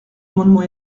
amendement